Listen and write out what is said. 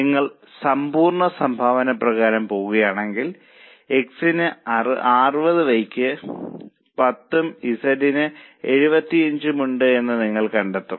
നിങ്ങൾ സമ്പൂർണ്ണ സംഭാവന പ്രകാരം പോകുകയാണെങ്കിൽ X ന് 60 Y ക്ക് 10 ഉം Z ന് 75 ഉം ഉണ്ടെന്ന് നിങ്ങൾ കണ്ടെത്തും